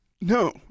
No